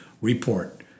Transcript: report